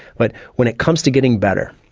but when it comes to getting better,